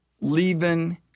leaving